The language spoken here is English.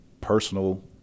personal